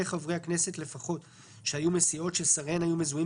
חברי הכנסת לפחות שהיו מהסיעות ששריהן היו מזוהים